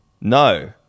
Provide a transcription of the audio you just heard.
No